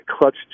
clutch